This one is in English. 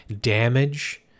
damage